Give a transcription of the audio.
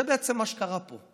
זה בעצם מה שקרה פה,